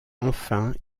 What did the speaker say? enfin